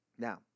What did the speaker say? Now